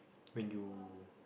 when you